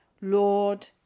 Lord